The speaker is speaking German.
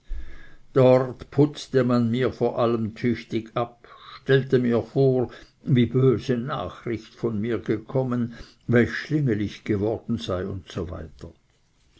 dort putzte man mir vor allem tüchtig ab stellte mir vor wie böse nachricht von mir gekommen welch schlingel ich geworden sei usw